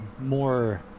more